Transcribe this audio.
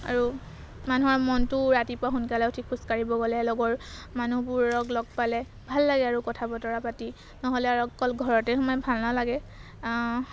আৰু মানুহৰ মনটো ৰাতিপুৱা সোনকালে উঠি খোজ কাঢ়িব গ'লে লগৰ মানুহবোৰক লগ পালে ভাল লাগে আৰু কথা বতৰা পাতি নহ'লে আৰু অকল ঘৰতে সোমাই ভাল নালাগে